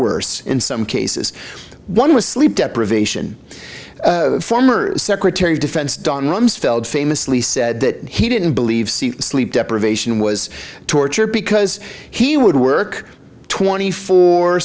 worse in some cases one was sleep deprivation former secretary of defense don rumsfeld famously said that he didn't believe see sleep deprivation was torture because he would work twenty four